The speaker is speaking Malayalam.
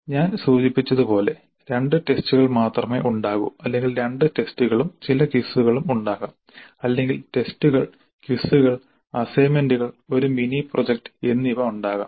ഞാൻ സൂചിപ്പിച്ചതുപോലെ 2 ടെസ്റ്റുകൾ മാത്രമേ ഉണ്ടാകൂ അല്ലെങ്കിൽ 2 ടെസ്റ്റുകളും ചില ക്വിസുകളും ഉണ്ടാകാം അല്ലെങ്കിൽ ടെസ്റ്റുകൾ ക്വിസുകൾ അസൈൻമെന്റുകൾ ഒരു മിനി പ്രോജക്റ്റ് എന്നിവ ഉണ്ടാകാം